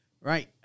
right